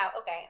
Okay